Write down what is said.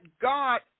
God